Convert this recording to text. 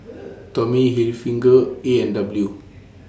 Tommy Hilfiger A and W